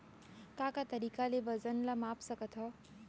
का का तरीक़ा ले वजन ला माप सकथो?